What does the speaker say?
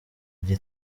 icyo